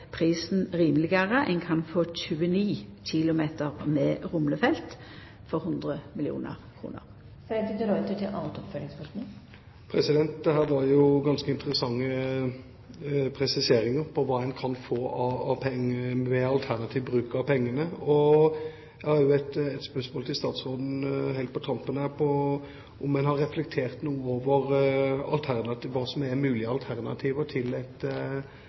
prisen rimelegare. Ein kan få 29 km med rumlefelt for 100 mill. kr. Dette var jo ganske interessante presiseringer av hva en kan få ved alternativ bruk av pengene. Jeg har nok et spørsmål til statsråden helt på tampen: Har en reflektert noe over hva som er mulige alternativer til et